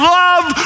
love